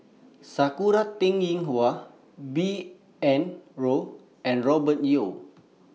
Sakura Teng Ying Hua B N Rao and Robert Yeo